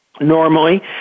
normally